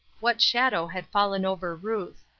what shadow had fallen over ruth.